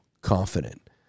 confident